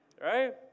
right